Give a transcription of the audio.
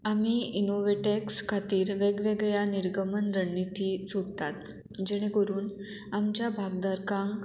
आमी इनोवेटेक्स खातीर वेगवेगळ्या निर्गमन रणनिती सुटतात जेणे करून आमच्या भागदारकांक